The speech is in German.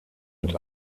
mit